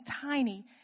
tiny